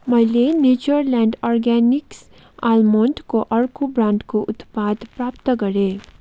मैले Natureland organics आल्मोन्डको अर्को ब्रान्डको उत्पाद प्राप्त गरेँ